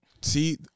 See